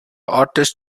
artist